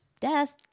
death